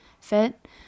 fit